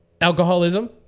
alcoholism